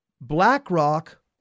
BlackRock